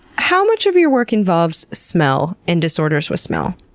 how much of your work involves smell and disorders with smell?